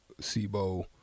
Sibo